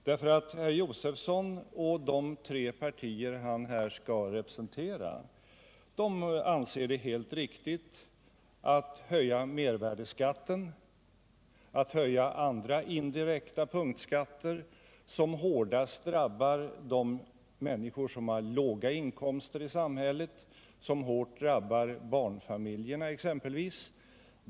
Herr Josefson och de tre borgerliga partier han skall representera här anser ju att det är helt riktigt att höja medvärdeskatten och att höja andra indirekta punktskatter, vilket hårdast drabbar de människor som har låga inkomster i samhället, exempelvis barnfamiljerna.